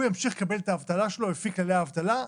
הוא ימשיך לקבל את האבטלה שלו לפי כללי האבטלה,